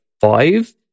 five